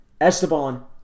Esteban